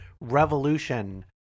revolution